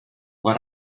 what